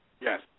Yes